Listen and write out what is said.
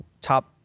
top